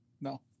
No